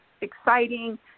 exciting